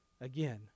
Again